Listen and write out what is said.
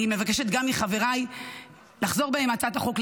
אני מבקשת גם מחבריי לחזור בהם מהצעת החוק,